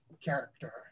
character